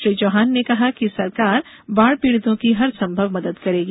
श्री चौहान ने कहा कि सरकार बाढ़ पीड़ितों की हर संभव मदद करेगी